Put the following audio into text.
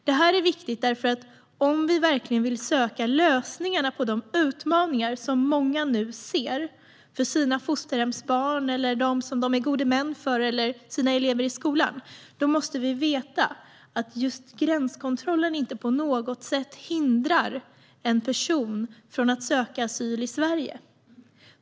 Detta är viktigt, därför att om vi verkligen vill söka lösningarna på de utmaningar som många nu ser för sina fosterhemsbarn, för de barn som de är gode män för eller för sina elever i skolan måste vi veta att just gränskontrollen inte på något sätt hindrar en person från att söka asyl i Sverige.